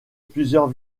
plusieurs